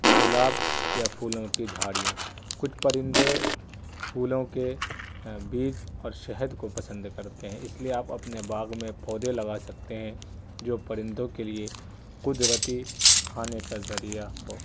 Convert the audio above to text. گلاب یا پھولوں کی جھاڑیاں کچھ پرندے پھولوں کے بیج اور شہد کو پسند کرتے ہیں اس لیے آپ اپنے باغ میں پودے لگا سکتے ہیں جو پرندوں کے لیے قدرتی کھانے کا ذریعہ ہو